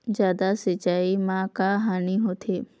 जादा सिचाई म का हानी होथे?